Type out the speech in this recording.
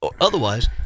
otherwise